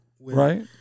right